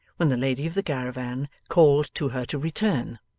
when the lady of the caravan called to her to return.